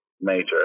major